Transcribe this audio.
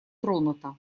тронута